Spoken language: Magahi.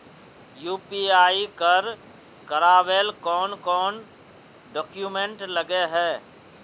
यु.पी.आई कर करावेल कौन कौन डॉक्यूमेंट लगे है?